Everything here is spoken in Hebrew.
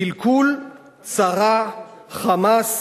קלקול, צרה, חמס,